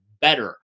better